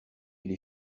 les